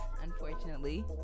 unfortunately